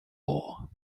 war